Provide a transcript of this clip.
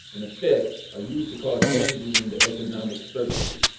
in effect, are used to cause changes in the economic circuitry.